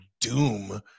doom